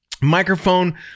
microphone